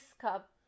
cup